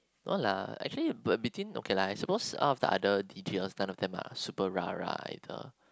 no lah actually between okay lah I suppose off the other details than of them lah super Rara item